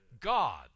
God